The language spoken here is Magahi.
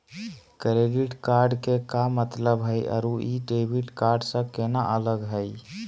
क्रेडिट कार्ड के का मतलब हई अरू ई डेबिट कार्ड स केना अलग हई?